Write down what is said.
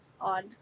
odd